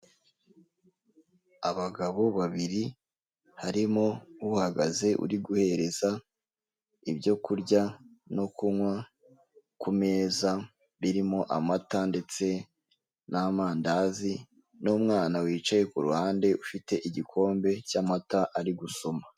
Abagabo babiri harimo uhagaze uri guhereza ibyo kurya no kunywa ku meza, birimo amata ndetse n'amandazi n'umwana wicaye kuruhande ufite igikombe cy'amata ari gusoma.